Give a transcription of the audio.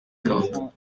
cartes